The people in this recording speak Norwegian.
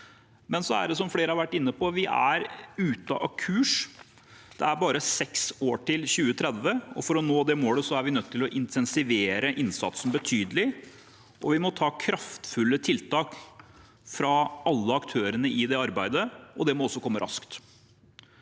det som flere har vært inne på: Vi er ute av kurs. Det er bare seks år til 2030, og for å nå det målet er vi nødt til å intensivere innsatsen betydelig. Vi må også ha kraftfulle tiltak fra alle aktørene i det arbeidet, og det må komme raskt.